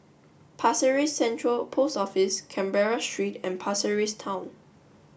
Pasir Ris Central Post Office Canberra Street and Pasir Ris Town